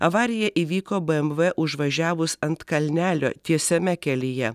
avarija įvyko bmw užvažiavus ant kalnelio tiesiame kelyje